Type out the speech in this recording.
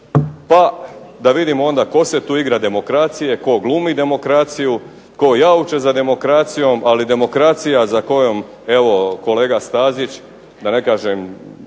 pa da vidimo onda tko se tu igra demokracije, tko glumi demokraciju, tko jauče za demokracijom ali demokracija za kojom kolega Stazić, da ne kažem